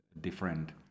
different